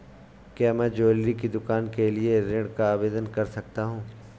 क्या मैं ज्वैलरी की दुकान के लिए ऋण का आवेदन कर सकता हूँ?